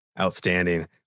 outstanding